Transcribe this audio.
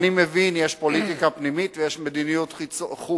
אני מבין, יש פוליטיקה פנימית ויש מדיניות חוץ.